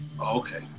Okay